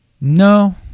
No